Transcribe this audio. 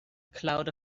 cloud